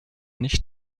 nicht